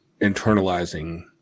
internalizing